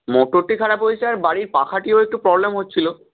মোটরটি খারাপ হয়েছে আর বাড়ির পাখাটিও একটু প্রবলেম হচ্ছিল